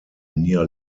near